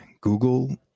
Google